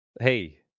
Hey